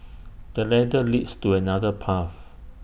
the ladder leads to another path